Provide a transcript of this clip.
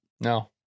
No